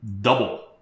double